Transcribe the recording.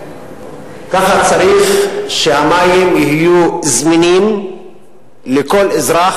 ככה צריך שהמים יהיו זמינים לכל אזרח